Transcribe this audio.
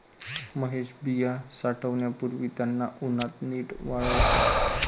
महेश बिया साठवण्यापूर्वी त्यांना उन्हात नीट वाळवतो